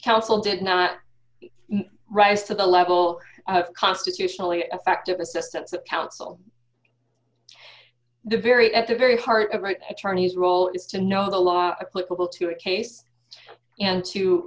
counsel did not rise to the level of constitutionally effective assistance of counsel the very at the very heart of attorney's role is to know the law a political to a case and to